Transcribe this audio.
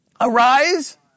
arise